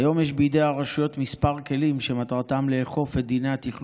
כיום יש בידי הרשויות כמה כלים שמטרתם לאכוף את